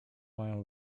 mają